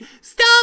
stop